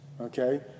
Okay